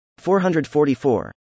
444